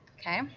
Okay